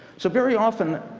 so very often,